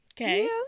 Okay